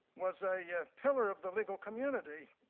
was a yeah pillar of the legal community.